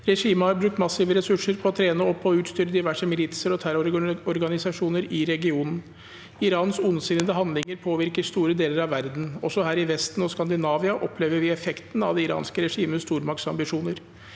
Regimet har brukt mas- sive ressurser på å trene opp og utstyre diverse militser og terrororganisasjoner i regionen. Irans ondsinnede hand- linger påvirker store deler av verden: også her i Vesten og Skandinavia opplever vi effekten av det iranske regimets stormakts-ambisjoner.